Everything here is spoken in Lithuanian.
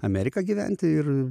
amerika gyventi ir